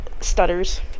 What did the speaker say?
stutters